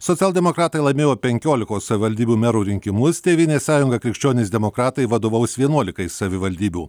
socialdemokratai laimėjo penkiolikos savivaldybių merų rinkimus tėvynės sąjunga krikščionys demokratai vadovaus vienuolikai savivaldybių